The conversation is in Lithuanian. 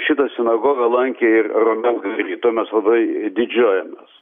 šitą sinagogą lankė ir romen gary tuo mes labai didžiuojamės